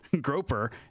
Groper